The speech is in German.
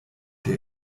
der